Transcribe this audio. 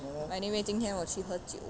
anyway 今天我去喝酒